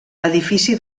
edifici